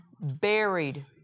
buried